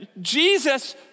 Jesus